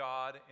God